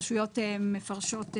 הרשויות מפרשות,